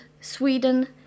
Sweden